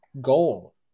goal